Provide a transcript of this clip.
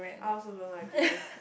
I also don't like durian